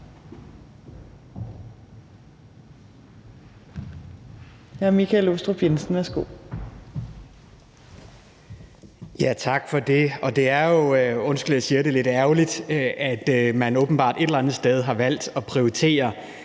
Hr. Michael Aastrup Jensen, værsgo.